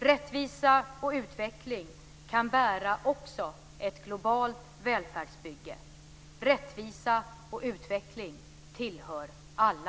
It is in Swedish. Rättvisa och utveckling kan bära också ett globalt välfärdsbygge. Rättvisa och utveckling tillhör alla.